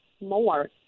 more